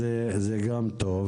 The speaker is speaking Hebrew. אז זה גם טוב,